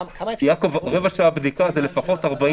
יעקב, רבע שעה בדיקה זה לפחות 40